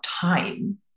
time